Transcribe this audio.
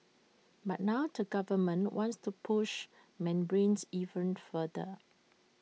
but now to government wants to push membranes even further